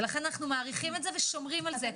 לכן אנחנו מעריכים את זה ושומרים על זה.